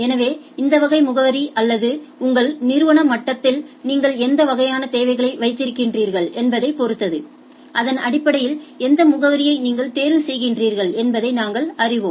எனவே இந்த வகை முகவரி அல்லது உங்கள் நிறுவன மட்டத்தில் நீங்கள் எந்த வகையான தேவைகளை வைத்திருக்கிறீர்கள் என்பதைப் பொறுத்தது அதன் அடிப்படையில் எந்த முகவரியை நீங்கள் தேர்வு செய்வீர்கள் என்பதை நாங்கள் அறிவோம்